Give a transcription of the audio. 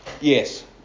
Yes